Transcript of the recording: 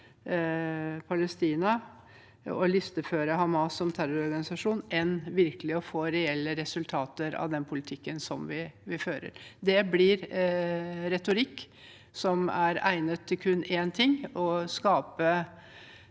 og å listeføre Hamas som en terrororganisasjon enn av virkelig å få reelle resultater av den politikken vi fører. Det blir retorikk som er egnet til kun én ting: å skape